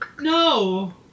No